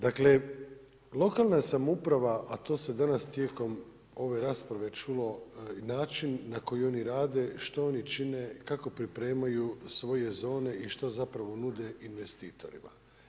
Dakle, lokalna samouprava a to se danas tijekom ove rasprave čulo i način na koji oni rade, što oni čine, kako pripremaju svoje zone i što zapravo nude investitorima.